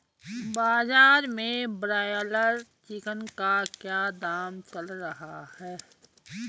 बाजार में broiler chicken का क्या दाम चल रहा है?